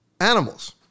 animals